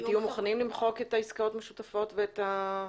אתם תהיו מוכנים למחוק את העסקאות המשותפות ואת השותפות בנכסים?